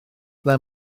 ble